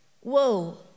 Whoa